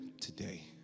today